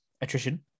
Attrition